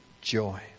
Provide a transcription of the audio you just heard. joy